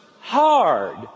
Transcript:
hard